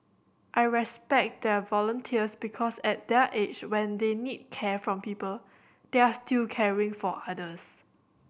I respect their volunteers because at their age when they need care from people they are still caring for others